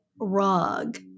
rug